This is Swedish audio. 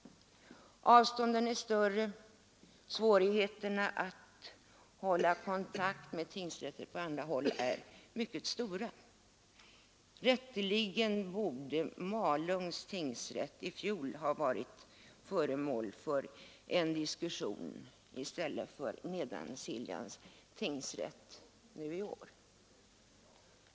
Avstånden i Malungsområdet är större, och svårigheterna att hålla kontakt med tingsrätter på andra håll är mycket betydande. Rätteligen borde Malungs tingsrätt i fjol ha varit föremål för en diskussion i stället för att Nedansiljans tingsrätt nu är det i år.